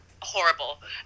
horrible